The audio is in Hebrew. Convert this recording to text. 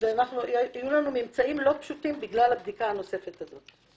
יש לנו ממצאים לא פשוטים בכלל בגלל בדיקה נוספת זו,